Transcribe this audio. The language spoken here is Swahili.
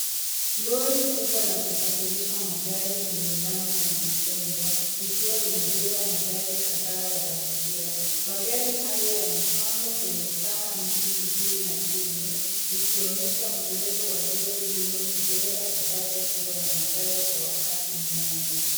Lori kubwa la kusafirisha magari lenye rangi ya machungwa likiwa limebeba magari kadhaa ya abiria. Magari haya yamepangwa kwenye staha mbili juu na chini zikionyesha uwezo wa lori hilo kubeba idadi kubwa ya magari kwa wakati mmoja.